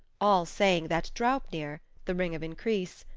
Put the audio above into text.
all saying that draupnir, the ring of increase,